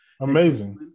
Amazing